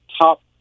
top